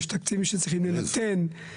יש תקציבים שצריכים להינתן.